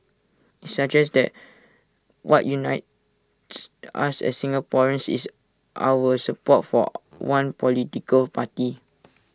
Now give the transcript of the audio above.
suggests that what unites us as Singaporeans is our support for one political party